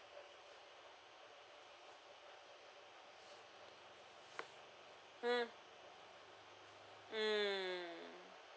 mm mm